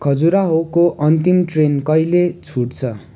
खजुराहोको अन्तिम ट्रेन कहिले छुट्छ